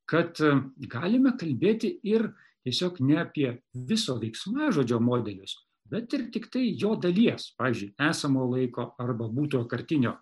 kad galime kalbėti ir tiesiog ne apie viso veiksmažodžio modelius bet ir tiktai jo dalies pavyzdžiui esamojo laiko arba būtojo kartinio